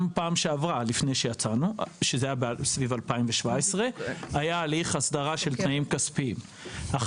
גם בפעם שעברה היה הליך הסדרה של תנאים כספיים לפני שיצאנו עם המכרז.